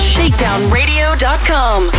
ShakedownRadio.com